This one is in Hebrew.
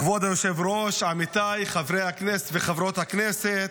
כבוד היושב-ראש, עמיתיי חברי הכנסת וחברות הכנסת,